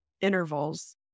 intervals